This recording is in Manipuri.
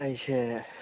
ꯑꯩꯁꯦ